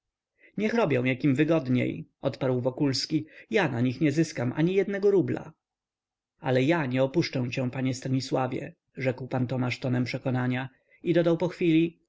niech robią jak im wygodniej odparł wokulski ja na nich nie zyskam ani jednego rubla ale ja nie opuszczę cię panie stanisławie rzekł pan tomasz tonem przekonania i dodał po chwili